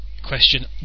Question